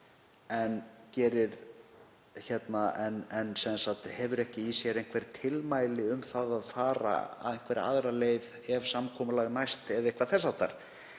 það hefur ekki í sér fólgin einhver tilmæli um að fara einhverja aðra leið ef samkomulag næst eða eitthvað þess háttar.